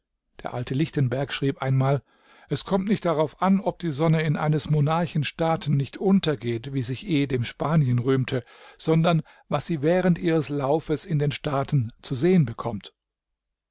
der alte lichtenberg schrieb einmal es kommt nicht darauf an ob die sonne in eines monarchen staaten nicht untergeht wie sich ehedem spanien rühmte sondern was sie während ihres laufes in den staaten zu sehen bekommt